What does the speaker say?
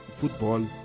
football